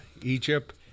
Egypt